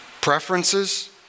Preferences